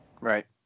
Right